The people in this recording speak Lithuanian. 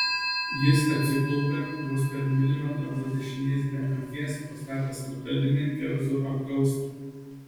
jis atsiklaupė vos per milimetrą nuo dešinės benio akies pastatęs metalinį kerzų apkaustą